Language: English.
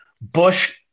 Bush